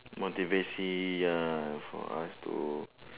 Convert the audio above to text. motivation ya for us to